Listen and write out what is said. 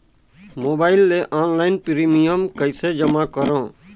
Mobile ले online premium कइसे जमा करों?